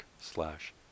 slash